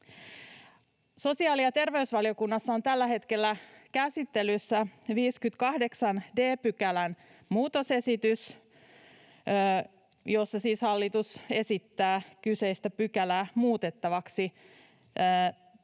Sosiaali- ja terveysvaliokunnassa on tällä hetkellä käsittelyssä 58 d §:n muutosesitys, jossa siis hallitus esittää kyseistä pykälää muutettavaksi kahden